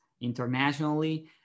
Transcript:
internationally